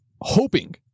hoping